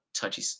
touchy